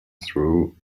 through